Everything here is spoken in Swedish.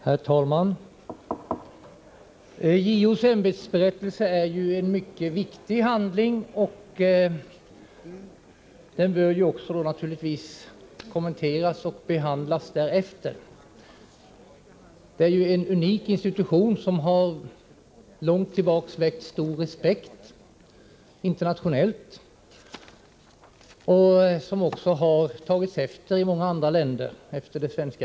Herr talman! JO:s ämbetsberättelse är en mycket viktig handling. Den bör naturligtvis kommenteras och behandlas därefter. JO-ämbetet är en unik institution, som sedan lång tid tillbaka har väckt stor respekt internationellt. Det svenska exemplet har också tagits efter i många andra länder.